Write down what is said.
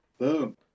Boom